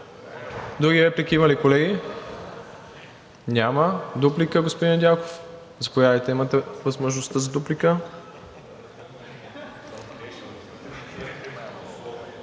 Други реплики има ли, колеги? Няма. Дуплика, господин Недялков? Заповядайте, имате възможността за дуплика.